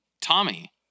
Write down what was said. Tommy